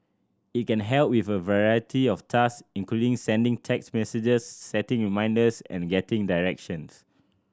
it can help with a variety of task including sending text messages setting reminders and getting directions